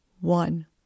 One